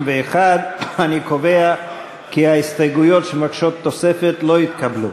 61. אני קובע כי ההסתייגויות שמבקשות תוספת לא התקבלו.